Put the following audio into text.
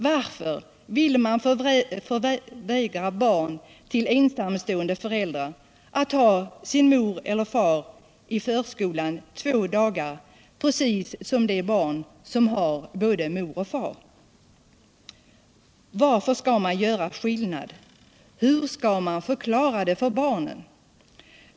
Varför vill man förvägra barn till ensamstående förälder att ha sin mor eller sin far i förskolan två dagar precis som de barn som har både mor och far? Varför skall man göra skillnad? Hur skall man förklara det för barnen?